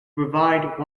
provide